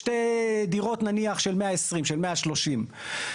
שתי דירות, נניח, של 120 או של 130 מ"ר.